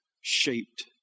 shaped